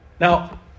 now